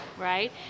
right